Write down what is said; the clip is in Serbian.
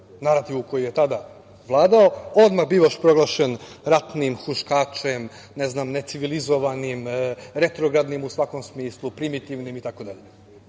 narativu koji je tada vladao, odmah bivaš proglašen ratnim huškačem, ne znam, necivilizovanim, retrogradnim u svakom smislu, primitivnim itd.E,